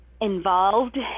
involved